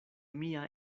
mia